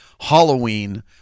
Halloween